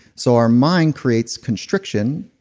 so our mind creates constriction,